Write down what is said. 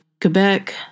Quebec